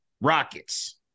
Rockets